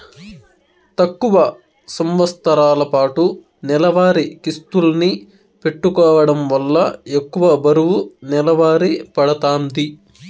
తక్కువ సంవస్తరాలపాటు నెలవారీ కిస్తుల్ని పెట్టుకోవడం వల్ల ఎక్కువ బరువు నెలవారీ పడతాంది